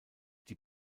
die